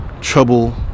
trouble